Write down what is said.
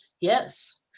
Yes